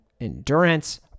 endurance